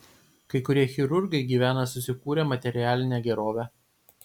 kai kurie chirurgai gyvena susikūrę materialinę gerovę